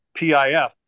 PIF